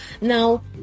Now